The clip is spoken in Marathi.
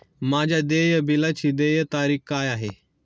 माझ्या देय बिलाची देय तारीख काय आहे?